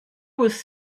was